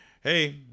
Hey